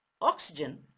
oxygen